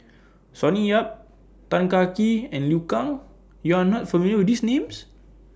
Sonny Yap Tan Kah Kee and Liu Kang YOU Are not familiar with These Names